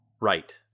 Right